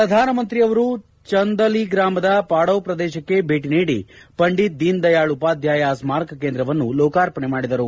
ಪ್ರಧಾನಮಂತ್ರಿಯವರು ಚಂದೌಲಿ ಜಿಲ್ಲೆಯ ಪಾಡವ್ ಪ್ರದೇಶಕ್ಕೆ ಭೇಟಿ ನೀಡಿ ಪಂಡಿತ್ ದೀನ್ ದಯಾಳ್ ಉಪಾಧ್ಲಾಯ ಸ್ನಾರಕ ಕೇಂದ್ರವನ್ನು ಲೋಕಾರ್ಪಣೆ ಮಾಡಿದರು